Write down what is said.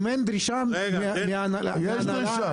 אם אין דרישה מההנהלה -- יש דרישה.